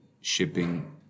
shipping